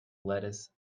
lettuce